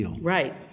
Right